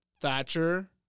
Thatcher